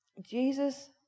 Jesus